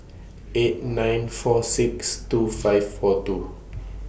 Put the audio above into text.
eight nine four six two five four two